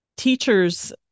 Teachers